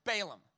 Balaam